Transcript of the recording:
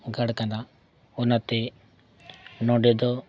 ᱜᱟᱲ ᱠᱟᱱᱟ ᱚᱱᱟᱛᱮ ᱱᱚᱰᱮ ᱫᱚ